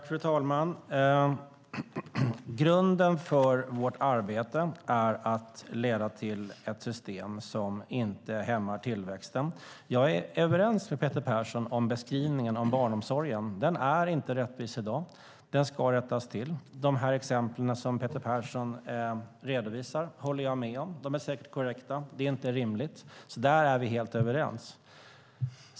Fru talman! Grunden för vårt arbete är att det ska leda till ett system som inte hämmar tillväxten. Jag är överens med Peter Persson i beskrivningen av barnomsorgen. Den är inte rättvis i dag, och den ska rättas till. De exempel som Peter Persson redovisar håller jag med om. De är säkert korrekta. Det är inte rimligt. Där är vi helt överens.